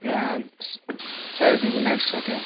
यहाँ स साढे दुई हुनु आँटिसक्यो